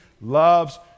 loves